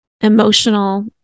emotional